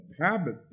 Habit